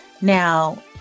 Now